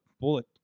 Bullet